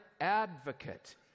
advocate